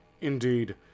Indeed